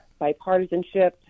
bipartisanship